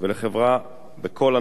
ולחברה בכל הנוגע